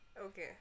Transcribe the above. okay